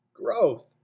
growth